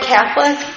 Catholic